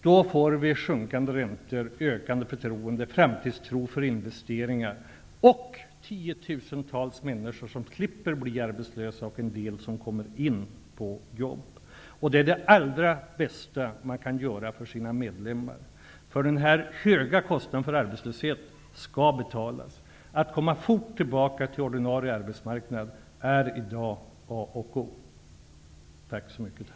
Då får vi sjunkande räntor, ökat förtroende, framtidstro till investeringar och tiotusentals människor slipper bli arbetslösa -- en del människor får även jobb. Detta är det allra bästa som man kan göra för sina medlemmar. Den här höga kostnaden för arbetslöshet skall ju betalas, och att komma fort tillbaka till ordinarie arbetsmarknad är i dag A och